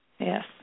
Yes